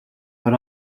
but